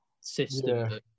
system